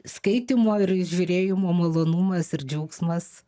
skaitymo ir žiūrėjimo malonumas ir džiaugsmas